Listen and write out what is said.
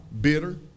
bitter